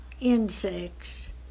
insects